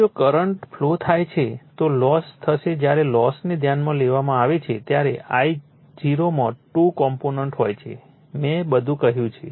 હવે જો current flow થાય છે તો લોસ થશે જ્યારે લોસને ધ્યાનમાં લેવામાં આવે છે ત્યારે I0 માં ૨ કોમ્પોનન્ટો હોય છે મેં બધું કહ્યું છે